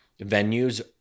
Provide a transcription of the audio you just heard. venues